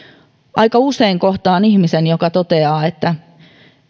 aika usein kohtaan ihmisen joka toteaa että